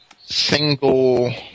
single